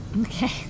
Okay